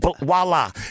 voila